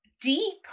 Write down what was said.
deep